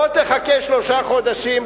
בוא תחכה שלושה חודשים.